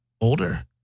older